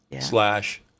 slash